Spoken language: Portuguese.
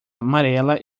amarela